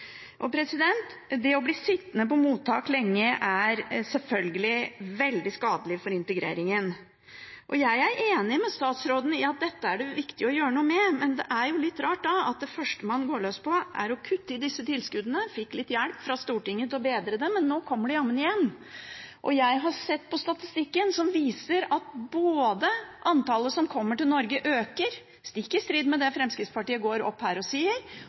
Det å bli sittende på mottak lenge er selvfølgelig veldig skadelig for integreringen. Jeg er enig med statsråden i at dette er det viktig å gjøre noe med, men det er litt rart at det første man går løs på, er å kutte i disse tilskuddene. En fikk litt hjelp fra Stortinget til å bedre det, men nå kommer det jammen igjen. Jeg har sett på statistikken som viser at antallet som kommer til Norge, øker – stikk i strid med det Fremskrittspartiet går opp her og sier